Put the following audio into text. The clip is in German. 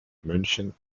münchen